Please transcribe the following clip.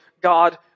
God